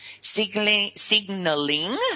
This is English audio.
signaling